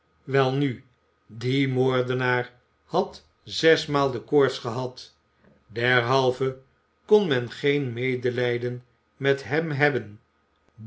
welnu die moordenaar had zesmaal de koorts gehad derhalve kon men geen medelijden met hem hebben